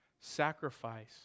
sacrifice